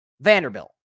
Vanderbilt